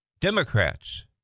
Democrats